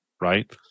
right